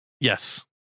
Yes